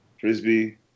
frisbee